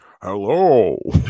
Hello